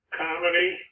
comedy